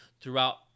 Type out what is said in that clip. throughout